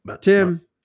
Tim